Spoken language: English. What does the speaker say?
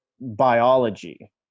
biology